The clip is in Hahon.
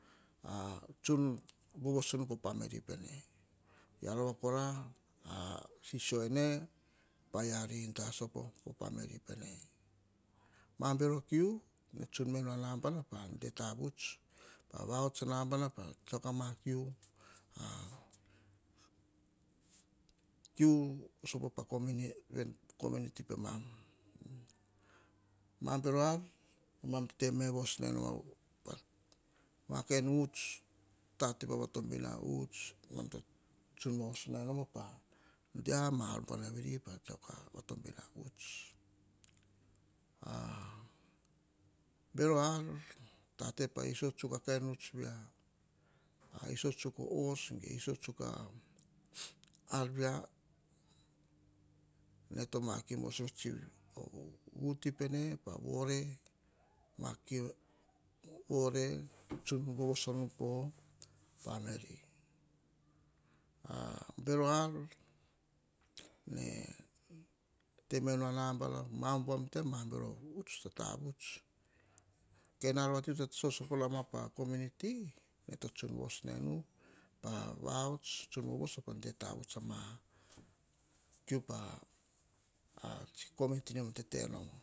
Tsun vovoso po pameli pene ya rova kora so vana te me nu po tasu po pamely pene. Mam bero kiu tsa ta vuts ka va ots a namba ka tsiako kiu, va ots a namba na pa kiu a vanu, kiu so po pa community pemam. Te voso me nom, ma kain uts, ta te pa vatobin a uts. Tsun vo so no ma, te moni pa vatobin a mar. Bero ar, tate pa iso tsuk a kain uts vi, iso tsuk oh os, iso tsuk a arvia ra to makim voso chief ene to makim voso chief, vuti pene vore tsuk voso pene po pameli bero ar te me no a nambana umbam bon namba na pa uts tsa tavuts, kain ar vai to soso po nor pa community, ene to tsun voso nu, ka va ots ka de tavuts ma, uts pa community ne tete nu.